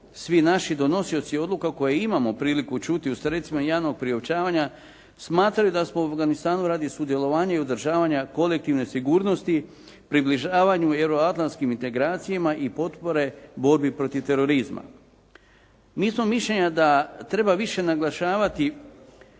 svi naši donosioci odluka koje imamo priliku čuti u sredstvima javnog priopćavanja smatraju da smo u Afganistanu radi sudjelovanja i održavanja kolektivne sigurnosti, približavanju euroatlantskim integracijama i potpore borbi protiv terorizma. Mi smo mišljenja da treba više naglašavati